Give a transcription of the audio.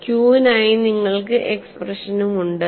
Q നായി നിങ്ങൾക്ക് എക്സ്പ്രഷനുമുണ്ട്